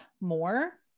more